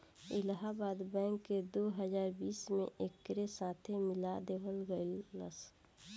Allahabad bank के दो हजार बीस में एकरे साथे मिला देवल गईलस